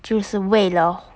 就是为了